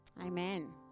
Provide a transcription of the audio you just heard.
Amen